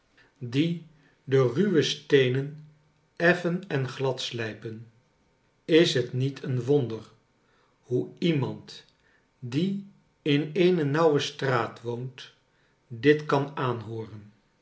die de ruwe steenen effen en glad slijpen is het met een wonder hoe iemand die in eene nauwe straat woont dit kan aanhooren